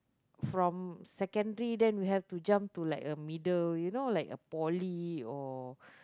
from secondary then we have to jump to like a middle you know like a poly or